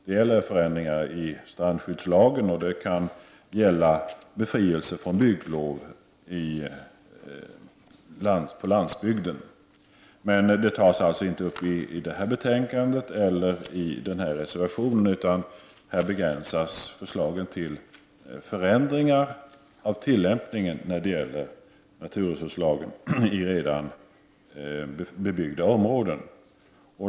Det har gällt förändringar i strandskyddslagen och befrielse från bygglov på landsbygden. Men detta tas inte upp i detta betänkande eller i vår reservation. Här begränsas förslagen till förändringar av tillämpningen av naturresurslagen i redan bebyggda områden.